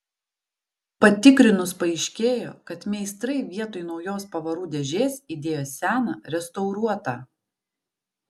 patikrinus paaiškėjo kad meistrai vietoj naujos pavarų dėžės įdėjo seną restauruotą